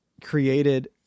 created